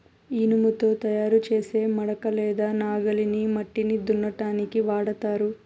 ఇనుముతో తయారు చేసే మడక లేదా నాగలిని మట్టిని దున్నటానికి వాడతారు